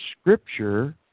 scripture